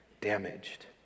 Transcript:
damaged